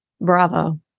Bravo